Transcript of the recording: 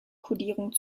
kodierung